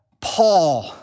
Paul